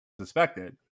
suspected